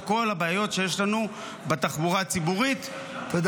כל הבעיות שיש לנו בתחבורה הציבורית -- תודה.